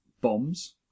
bombs